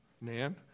Nan